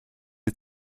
die